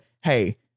hey